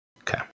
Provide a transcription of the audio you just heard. Okay